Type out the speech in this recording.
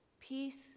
Peace